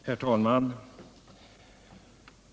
Herr talman!